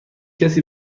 کسی